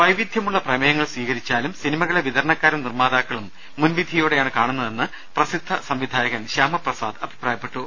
വൈവിധ്യമുള്ള പ്രമേയങ്ങൾ സ്ഥീകരിച്ചാലും സിനിമകളെ വിതര ണക്കാരും നിർമ്മാതാക്കളും മുൻവിധിയോടെയാണ് കാണുന്നതെന്ന് പ്രസിദ്ധ സംവിധായകൻ ശ്യാമപ്രസാദ് അഭിപ്രായപ്പെട്ടു